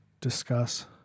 discuss